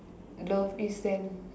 love is an